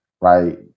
right